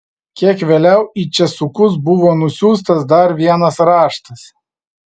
kiek vėliau į česukus buvo nusiųstas dar vienas raštas